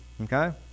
Okay